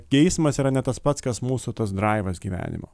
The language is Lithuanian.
geismas yra ne tas pats kas mūsų tas draivas gyvenimo